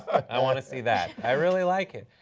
i want to see that. i really like it.